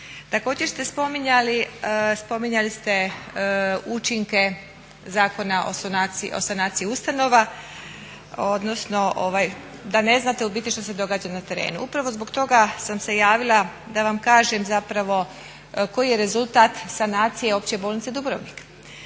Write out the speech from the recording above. Također ste spominjali, spominjali ste učinke Zakona o sanaciji ustanova odnosno da ne znate u biti što se događa na terenu. Upravo zbog toga sam se javila da vam kažem zapravo koji je rezultat sanacije Opće bolnice Dubrovnik.